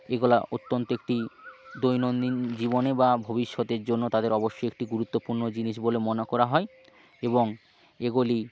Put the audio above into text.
এগুলো অত্যন্ত একটি দৈনন্দিন জীবনে বা ভবিষ্যতের জন্য তাদের অবশ্যই একটি গুরুত্বপূর্ণ জিনিস বলে মনে করা হয় এবং এগুলি